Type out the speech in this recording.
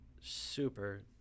super